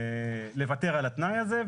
לוותר על התנאי הזה,